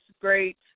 great